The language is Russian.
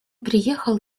приехал